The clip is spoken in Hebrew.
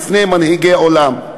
בפני מנהיגי עולם.